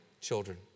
children